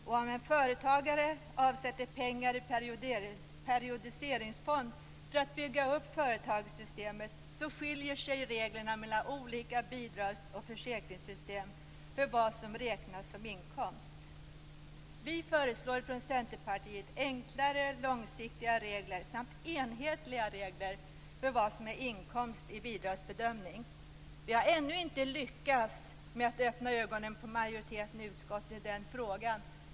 Om en företagare avsätter pengar i en periodiseringsfond för att bygga upp företagssystemet skiljer sig reglerna mellan olika bidrags och försäkringssystem när det gäller vad som räknas som inkomst. Vi föreslår från Centerpartiet enklare och mer långsiktiga regler samt enhetliga regler för vad som är inkomst i bidragsbedömning. Vi har ännu inte lyckats med att öppna ögonen på majoriteten i utskottet i denna fråga.